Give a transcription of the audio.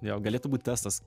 jo galėtų būt testas